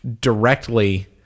directly